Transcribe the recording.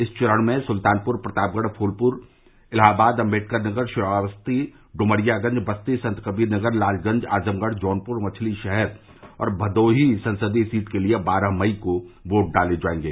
इस चरण में सुल्तानपुर प्रतापगढ़ फूलपुर इलाहाबाद अम्बेडकर नगर श्रावस्ती इमरियागंज बस्ती संतकबीर नगर लालगंज आजमगढ़ जौनपुर मछलीशहर और भदोही संसदीय सीट के लिये बारह मई को वोट डाले जायेंगे